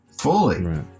fully